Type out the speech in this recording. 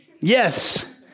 Yes